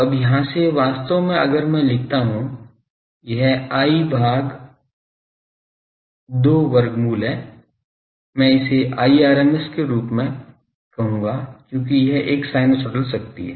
तो अब यहाँ से वास्तव में अगर मैं लिखता हूँ यह I भाग 2 वर्गमूल है मैं इसे Irms के रूप में कहूंगा क्योंकि यह एक साइनसोइडल शक्ति है